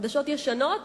חדשות ישנות,